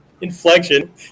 inflection